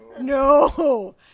no